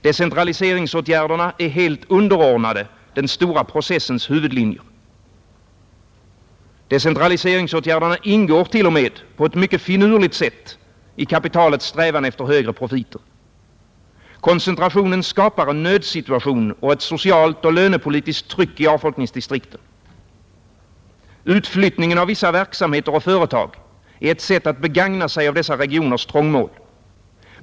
Decentraliseringsåtgärderna är helt underordnade den stora processens huvudlinjer. Decentraliseringsåtgärderna ingår t.o.m. på ett mycket finurligt sätt i kapitalets strävan efter högre profiter. Koncentrationen skapar en nödsituation och ett socialt och lönepolitiskt tryck i avfolkningsdistrikten. Utflyttningen av vissa verksamheter och företag är ett sätt att begagna sig av dessa regioners trångmål.